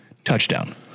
Touchdown